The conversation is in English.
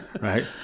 right